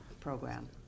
program